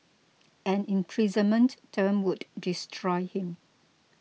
an imprisonment term would destroy him